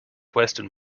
western